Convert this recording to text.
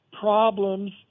problems